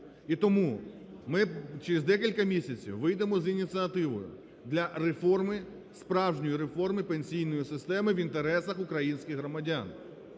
І тому ми через декілька місяців вийдемо з ініціативою для реформи, справжньої реформи пенсійної системи в інтересах українських громадян.